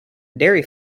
dairy